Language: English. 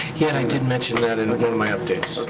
yeah, and i did mention that in one of my updates.